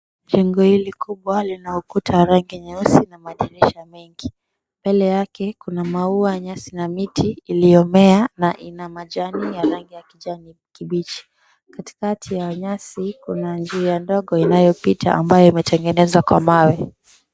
Jengo hili kubwa lina ukuta wa rangi nyeusi na madirisha mengi. Mbele yake kuna maua, nyasi na miti iliyomea na ina majani ya rangi ya kijani kibichi. Katikati ya nyasi kuna njia ndogo inayopita ambayo imetengenezwa kwa mawe.